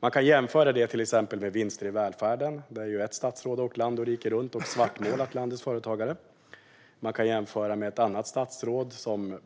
Man kan jämföra detta med till exempel vinster i välfärden, där ett statsråd har åkt land och rike runt och svartmålat landets företagare. Man kan jämföra med ett annat statsråd som